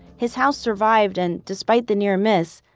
his house survived and despite the near miss,